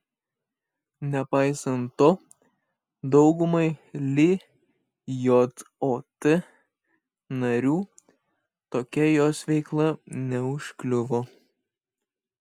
nepaisant to daugumai lijot narių tokia jos veikla neužkliuvo